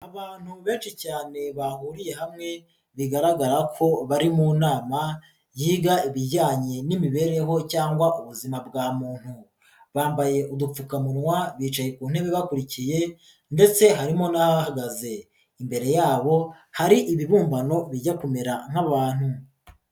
Abantu benshi cyane bahuriye hamwe bigaragara ko bari mu nama yiga ibijyanye n'imibereho cyangwa ubuzima bwa muntu, bambaye udupfukamunwa bicaye ku ntebe bakurikiye ndetse harimo n'abahagaze, imbere yabo hari ibibumbano bijya kumera nk'abantu.